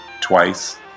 twice